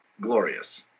Glorious